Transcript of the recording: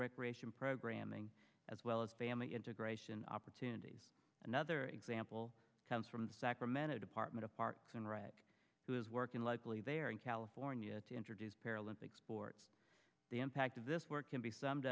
recreation programming as well as family integration opportunities another example comes from sacramento department of parks and rec who is working locally there in california to introduce paralympic sport the impact of this work can be summed